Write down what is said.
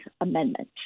amendment